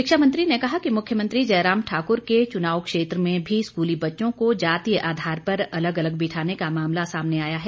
शिक्षा मंत्री ने कहा कि मुख्यमंत्री जयराम ठाकुर के चुनाव क्षेत्र में भी स्कूली बच्चों को जातीय आधार पर अलग अलग बिठाने का मामला सामने आया है